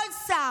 כל שר,